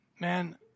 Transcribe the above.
Man